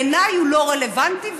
בעיניי הוא לא רלוונטי,